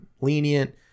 lenient